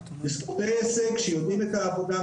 בספורטאי הישג שיודעים את העבודה,